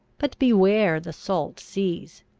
but beware the salt seas!